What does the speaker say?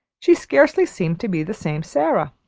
she scarcely seemed to be the same sara.